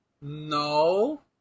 No